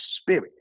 spirit